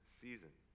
season